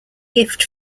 gift